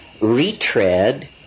retread